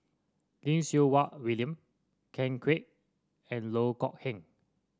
Lim Siew Wai William Ken Kwek and Loh Kok Heng